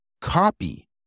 copy